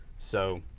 so,